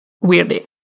weirdly